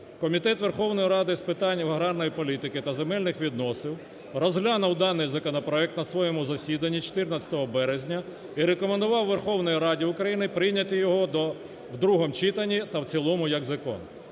Комітет Верховної Ради з питань аграрної політики та земельних відносин розглянув даний законопроект на своєму засіданні 14 березня і рекомендував Верховній Раді України прийняти його в другому читанні та в цілому як закон.